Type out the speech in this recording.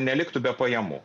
neliktų be pajamų